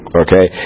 okay